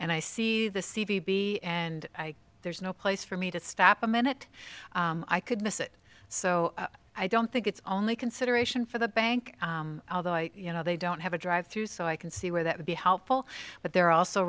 and i see the c b and i there's no place for me to stop a minute i could miss it so i don't think it's only consideration for the bank although i you know they don't have a drive through so i can see where that would be helpful but there are also